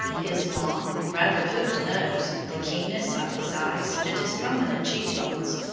his long, rather hooked nose, the keenness of his eyes, and his prominent cheek bones,